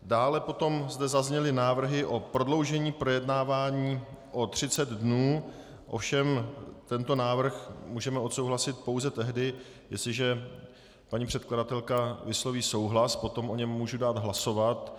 Dále potom zde zazněly návrhy na prodloužení projednávání o 30 dnů, ovšem tento návrh můžeme odsouhlasit pouze tehdy, jestliže paní předkladatelka vysloví souhlas potom o něm můžu dát hlasovat.